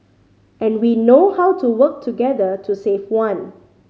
and we know how to work together to save one